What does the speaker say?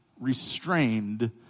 restrained